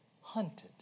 hunted